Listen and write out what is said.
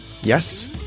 Yes